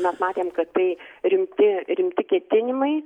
mes matėm kad tai rimti rimti ketinimai